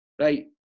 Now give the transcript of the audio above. right